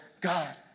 God